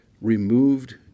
removed